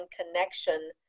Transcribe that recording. connection